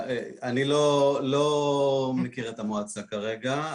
אני לא מכיר את המועצה כרגע.